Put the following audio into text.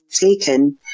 taken